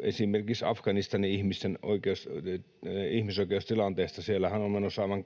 esimerkiksi Afganistanin ihmisoikeustilanteesta — siellähän on menossa aivan